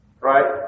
Right